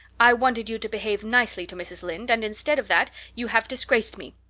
i wanted you to behave nicely to mrs. lynde, and instead of that you have disgraced me.